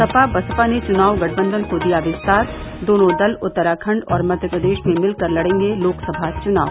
सपा बसपा ने चुनाव गठबंधन को दिया विस्तार दोनों दल उत्तराखंड और मध्य प्रदेश में मिल कर लड़ेंगे लोकसभा चुनाव